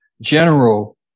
General